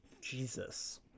jesus